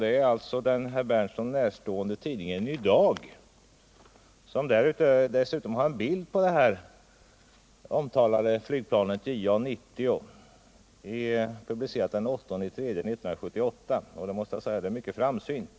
Det är den herr Berndtson närstående tidningen Ny Dag som återgivit dem och som dessutom har en bild på det omtalade flygplanet JA 90 publicerad den 8 mars 1978. Jag måste säga att det är mycket framsynt.